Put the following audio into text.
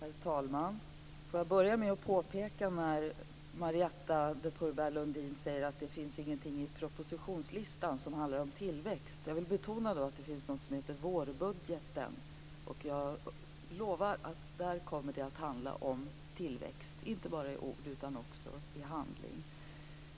Herr talman! Jag vill börja med ett påpekande. Marietta de Pourbaix-Lundin säger att det inte finns något i propositionslistan som handlar om tillväxt. Jag vill betona att det finns något som heter vårbudgeten. Jag lovar att det där kommer att handla om tillväxt, inte bara i ord utan också i handling.